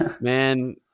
man